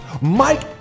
Mike